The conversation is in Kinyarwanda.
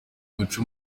guca